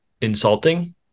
insulting